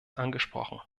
angesprochen